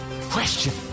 Question